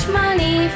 money